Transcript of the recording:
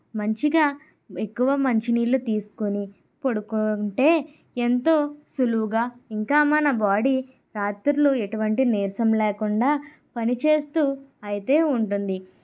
మంచిగా ఎక్కువ మంచి నీళ్ళు తీసుకుని పడుకుంటే ఎంతో సులువుగా ఇంకా మన బాడీ రాత్రులు ఎటువంటి నీరసం లేకుండా పనిచేస్తూ అయితే ఉంటుంది